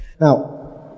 Now